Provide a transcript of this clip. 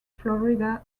florida